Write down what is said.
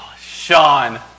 Sean